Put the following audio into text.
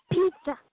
Pizza